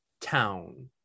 town